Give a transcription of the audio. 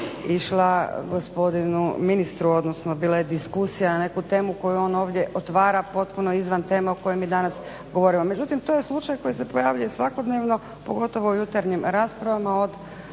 išla gospodinu ministru, odnosno bila je diskusija na neku temu koju on ovdje otvara potpuno izvan teme o kojoj mi danas govorimo. Međutim, to je slučaj koji se pojavljuje svakodnevno pogotovo u jutarnjim raspravama